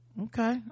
Okay